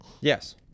yes